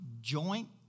joint